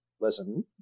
listen